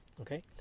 okay